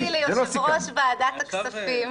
אני הבטחתי ליושב-ראש ועדת הכספים,